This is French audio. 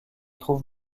trouve